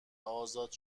آزاد